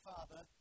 Father